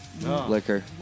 liquor